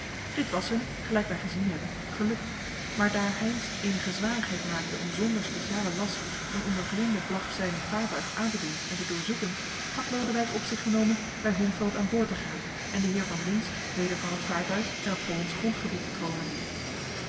dit was hun gelijk wij gezien hebben gelukt maar daar heynsz eenige zwarigheid maakte om zonder specialen last een onder vreemde vlag zeilend vaartuig aan te doen en te doorzoeken had lodewijk op zich genomen bij holmfeld aan boord te gaan en den heer van lintz weder van het vaartuig en op hollandsch grondgebied te troonen